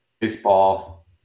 Baseball